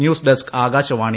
news desk Akashvani